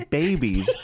babies